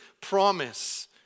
promise